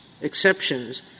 exceptions